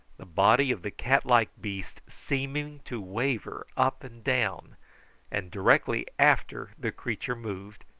the body of the cat-like beast seeming to waver up and down and directly after the creature moved,